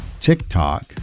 TikTok